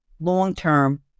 long-term